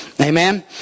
Amen